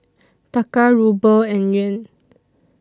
Taka Ruble and Yuan